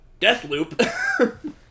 Deathloop